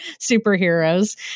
superheroes